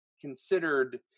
considered